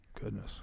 Goodness